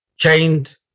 chained